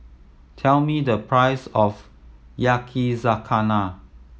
tell me the price of Yakizakana